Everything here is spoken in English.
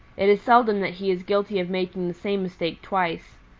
it is seldom that he is guilty of making the same mistake twice.